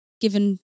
given-